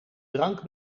drank